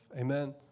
Amen